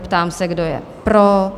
Ptám se, kdo je pro?